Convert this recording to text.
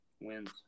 Wins